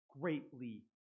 greatly